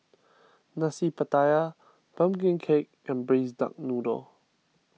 Nasi Pattaya Pumpkin Cake and Braised Duck Noodle